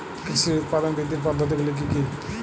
কৃষির উৎপাদন বৃদ্ধির পদ্ধতিগুলি কী কী?